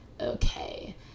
Okay